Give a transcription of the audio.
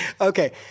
Okay